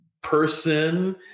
person